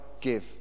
give